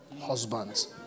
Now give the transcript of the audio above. Husbands